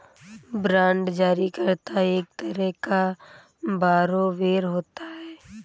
bond जारी करता एक तरह का बारोवेर होता है